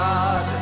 God